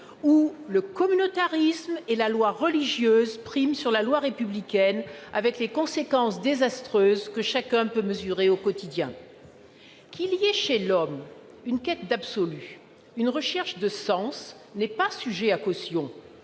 où le communautarisme et la loi religieuse priment sur la loi républicaine, avec les conséquences désastreuses que chacun peut mesurer au jour le jour. Qu'il y ait chez l'homme une quête d'absolu, une recherche de sens n'est pas sujet à caution,